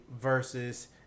versus